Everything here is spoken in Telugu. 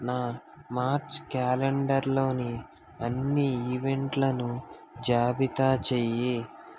నా మార్చ్ క్యాలెండర్లోని అన్ని ఈవెంట్లను జాబితా చెయ్యి